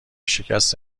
شکست